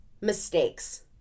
mistakes